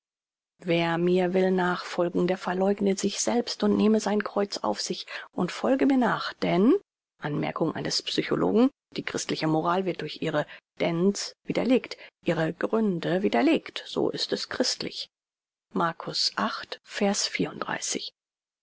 wer mir will nachfolgen der verleugne sich selbst und nehme sein kreuz auf sich und folge mir nach denn anmerkung eines psychologen die christliche moral wird durch ihre denn's widerlegt ihre gründe widerlegen so ist es christlich